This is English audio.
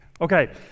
Okay